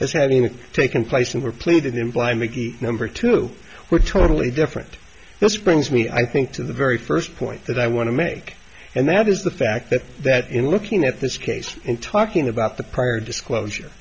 as having taken place and were played in by mickey number two were totally different this brings me i think to the very first point that i want to make and that is the fact that that in looking at this case in talking about the prior disclosure